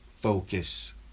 focus